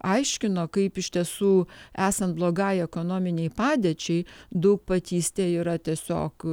aiškino kaip iš tiesų esant blogai ekonominei padėčiai daugpatystė yra tiesiog